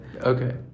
Okay